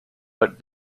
but